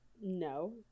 No